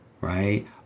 right